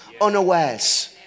unawares